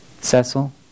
Cecil